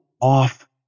off